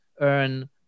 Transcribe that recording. earn